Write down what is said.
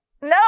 no